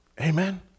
amen